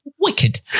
Wicked